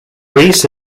reese